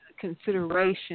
consideration